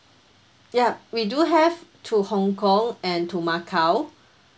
ya we do have to hong kong and to macau